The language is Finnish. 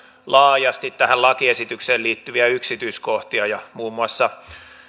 laajasti tähän lakiesitykseen liittyviä yksityiskohtia ja muun muassa